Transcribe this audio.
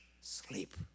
sleep